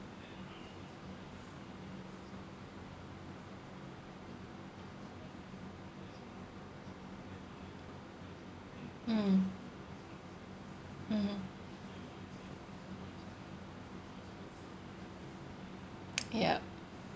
mm mmhmm yup